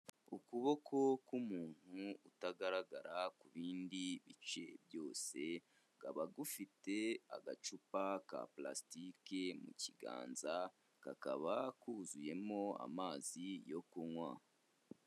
Ukuboko k'umuntu utagaragara ku bindi bice byose, kukaba gufite agacupa ka purastiki mu kiganza, kakaba kuzuyemo amazi yo kunywa.